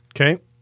Okay